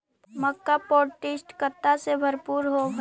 मक्का पौष्टिकता से भरपूर होब हई